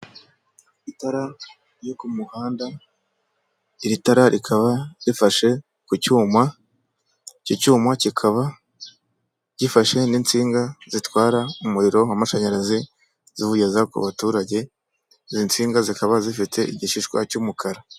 Itara ryo ku muhanda, iri tara rikaba rifashe ku cyuma, iki cyuma kikaba gifashe n'insinga zitwara umuriro w'amashanyarazi ziwugeza ku baturage, izi nsinga zikaba zifite igishishwa cy'umukara.